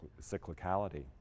cyclicality